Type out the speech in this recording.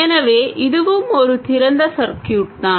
எனவே இதுவும் ஒரு திறந்த சர்க்யூட் தான்